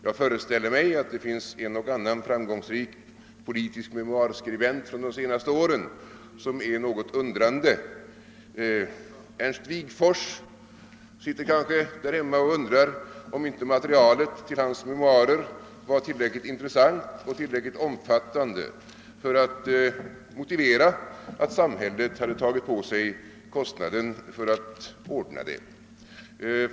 Jag föreställer mig att det finns en och annan minnesrik memoarskribent under de senaste åren som ställer sig något undrande. Ernst Wigforss sitter kanske där hemma och undrar om inte materialet till hans memoarer var tillräckligt intressant och tillräckligt omfattande för att motivera att samhället hade tagit på sig kostnaderna för att ordna det.